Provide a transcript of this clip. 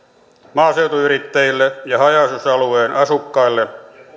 maaseutuyrittäjille ja haja asutusalueen asukkaille